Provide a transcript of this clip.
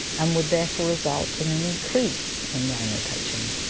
and would therefore result in an increase in rhino poaching.